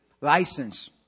License